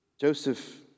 Joseph